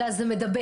אלא זה מדבק.